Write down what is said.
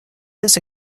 this